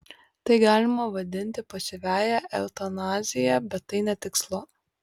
tai galima vadinti pasyviąja eutanazija bet tai netikslu